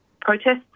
protests